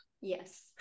Yes